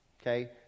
okay